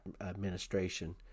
administration